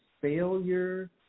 failure